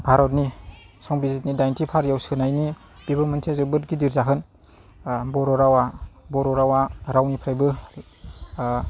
भारतनि संबिजिदनि दाइनथि फारियाव सोलायनि बेबो मोनसे जोबोद गिदिर जाहोन बर' रावआ बर' रावआ रावनिफ्रायबो